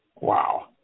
Wow